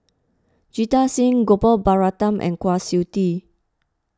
Jita Singh Gopal Baratham and Kwa Siew Tee